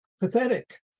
pathetic